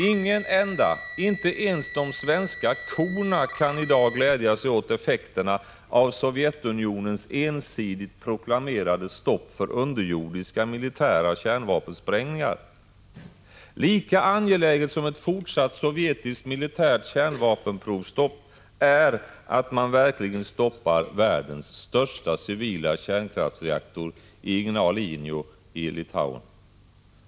Ingen enda, inte ens de svenska korna, kan i dag glädja sig åt effekterna av Sovjetunionens ensidigt proklamerade stopp för underjordiska militära kärnvapensprängningar. Lika angeläget som det är att få till stånd ett fortsatt sovjetiskt militärt kärnvapenprovstopp är att man verkligen stoppar världens största civila kärnkraftsreaktor i Ignalina i Litauen.